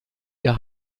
ihr